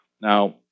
Now